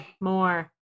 more